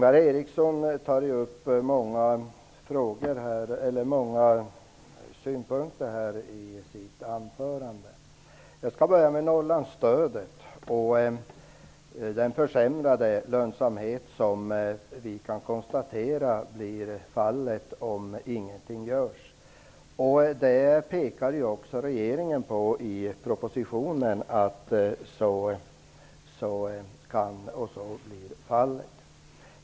Herr talman! Ingvar Eriksson tog upp många synpunkter i sitt anförande. Jag skall börja med Norrlandsstödet och den försämrade lönsamhet som vi kan konstatera blir fallet om ingenting görs. Också regeringen pekar i propositionen på att så kan bli fallet.